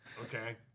Okay